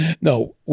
no